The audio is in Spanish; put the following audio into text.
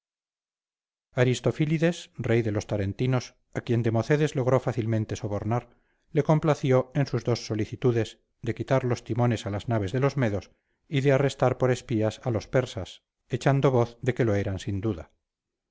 aristofilides rey de los tarentinos a quien democedes logró fácilmente sobornar le complació en sus dos solicitudes de quitar los timones a las naves de los medos y de arrestar por espías a los persas echando voz de que lo eran sin duda